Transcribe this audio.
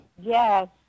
Yes